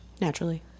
Naturally